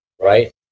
right